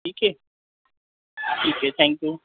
ٹھیک ہے ٹھیک ہے تھینک یو